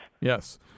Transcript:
Yes